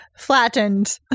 flattened